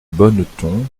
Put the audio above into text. bonneton